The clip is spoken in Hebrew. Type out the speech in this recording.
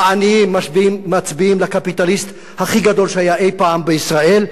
העניים מצביעים לקפיטליסט הכי גדול שהיה אי-פעם בישראל,